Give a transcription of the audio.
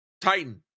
Titan